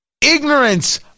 Ignorance